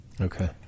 Okay